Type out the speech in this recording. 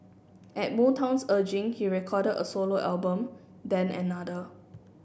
at Motown's urging he recorded a solo album then another